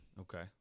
Okay